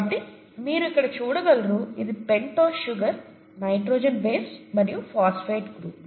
కాబట్టి మీరు ఇక్కడ చూడగలరు ఇది పెంటోస్ షుగర్ నైట్రోజన్ బేస్ మరియు ఫాస్ఫేట్ గ్రూప్